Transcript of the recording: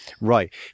Right